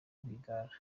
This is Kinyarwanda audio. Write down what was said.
rwigara